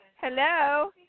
Hello